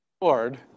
Lord